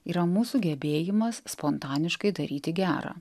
yra mūsų gebėjimas spontaniškai daryti gera